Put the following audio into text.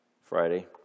Friday